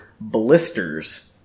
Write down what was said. Blisters